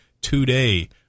today